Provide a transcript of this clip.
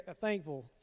thankful